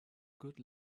good